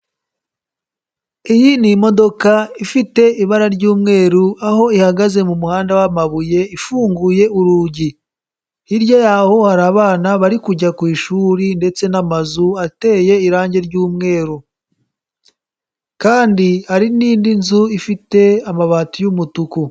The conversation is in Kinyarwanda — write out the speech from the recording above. Iyi ni imodoka ifite ibara ry'umweru, aho ihagaze mu muhanda w'amabuye ifunguye urugi. Hirya yaho hari abana bari kujya ku ishuri ndetse n'amazu ateye irangi ry'umweru. Kandi hari n'indi nzu ifite amabati y'umutuku.